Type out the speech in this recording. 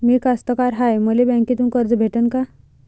मी कास्तकार हाय, मले बँकेतून कर्ज भेटन का?